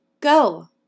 go